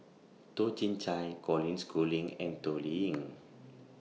Toh Chin Chye Colin Schooling and Toh Liying